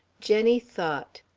jenny thought.